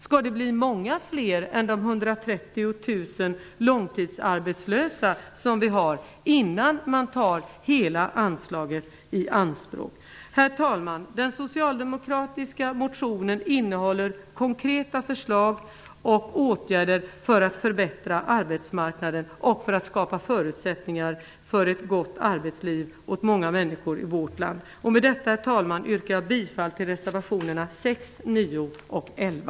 Skall de bli många fler än de 130 000 långtidsarbetslösa som vi har innan man tar hela anslaget i anspråk? Herr talman! Den socialdemokratiska motionen innehåller konkreta förslag och åtgärder för att förbättra arbetsmarknaden och för att skapa förutsättningar för ett gott arbetsliv åt många människor i vårt land. Herr talman! Med detta yrkar jag bifall till reservationerna 6, 9 och 11.